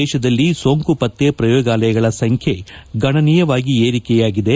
ದೇತದಲ್ಲಿ ಸೋಂಕು ಪತ್ತೆ ಪ್ರಯೋಗಾಲಯಗಳ ಸಂಖ್ಯೆ ಗಣನೀಯವಾಗಿ ಏರಿಕೆಯಾಗಿದೆ